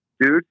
Dude